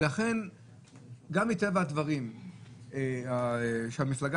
לכן מטבע הדברים הולכים